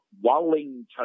Wallington